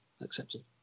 accepted